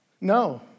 No